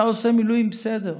אתה עושה מילואים, בסדר,